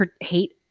hate